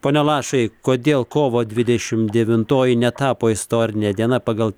pone lašai kodėl kovo dvidešimt devintoji netapo istorine diena pagal